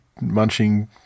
munching